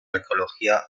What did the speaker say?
arqueología